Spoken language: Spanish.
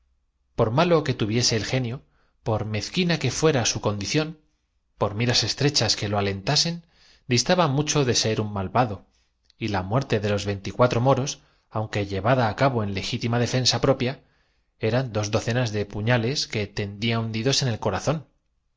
por malo que tuviese el genio por mezqui capítulo x na que fuera su condición por miras estrechas que lo alentasen distaba mucho de ser un malvado y la muerte de los veinticuatro moros aunque llevada á en que tiene lugar un incidente que parece insignificante y es sin embargo de mucha importancia cabo en legítima defensa propia eran dos docenas de puñales que tenía hundidos en el corazón